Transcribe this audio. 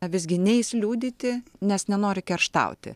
visgi neis liudyti nes nenori kerštauti